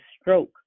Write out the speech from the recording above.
stroke